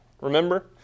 Remember